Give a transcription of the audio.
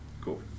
Cool